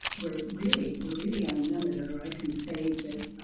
we're really we're really unlimited, or i can say that ah